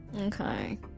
Okay